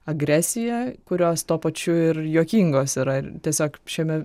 agresiją kurios tuo pačiu ir juokingos yra tiesiog šiame